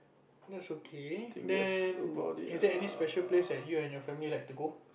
that's okay then is there any special place that you and your family like to go